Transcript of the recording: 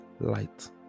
light